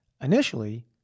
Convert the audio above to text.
Initially